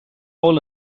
bhfuil